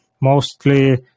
mostly